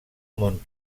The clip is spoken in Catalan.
món